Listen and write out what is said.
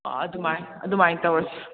ꯑꯗꯨꯃꯥꯏꯅ ꯑꯗꯨꯃꯥꯏꯅ ꯇꯧꯔꯁꯤ